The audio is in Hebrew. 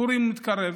פורים מתקרב,